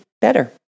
Better